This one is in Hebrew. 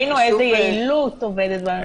כן, ראינו איזה יעילות עובדת בממשלה.